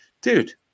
dude